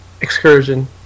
excursion